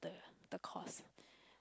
the course